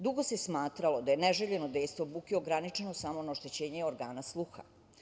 Dugo se smatralo da je neželjeno dejstvo buke ograničeno samo na oštećenje organa sluha.